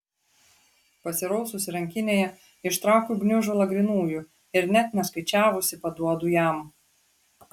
pasiraususi rankinėje ištraukiu gniužulą grynųjų ir net neskaičiavusi paduodu jam